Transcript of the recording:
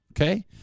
okay